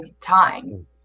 time